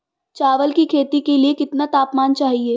चावल की खेती के लिए कितना तापमान चाहिए?